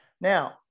Now